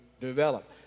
develop